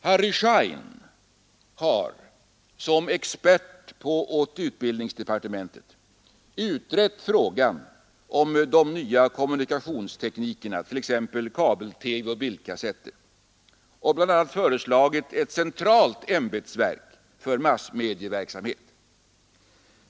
Harry Schein har som expert åt utbildningsdepartementet utrett frågan om de nya kommunikationsteknikerna — t.ex. kabel-TV och bildkassetter — och bl.a. föreslagit ett centralt ämbetsverk för massmedieverksamhet.